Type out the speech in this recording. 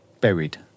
Buried